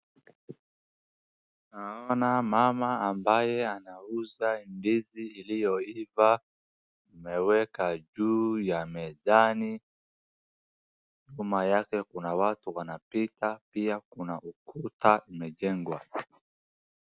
Naona mama ambaye anauza ndizi iliyoiva ameweka juu ya mezani. Nyuma yake kuna watu wanapika na pia kuna ukuta imejengwa.